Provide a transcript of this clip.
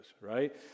right